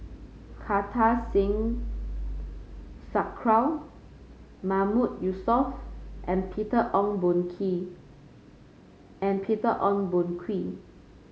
Kartar Singh Thakral Mahmood Yusof and Peter Ong Boon Kwee